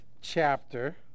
chapter